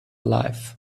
life